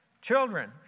children